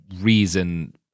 reason